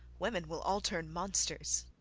women will all turn monsters.